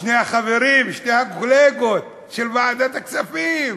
שני החברים, שני הקולגות בוועדת הכספים,